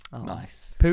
Nice